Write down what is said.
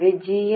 N C C